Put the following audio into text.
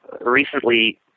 Recently